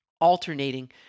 alternating